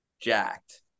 Jacked